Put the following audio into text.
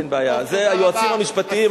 אין בעיה, זה היועצים המשפטיים.